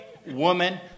woman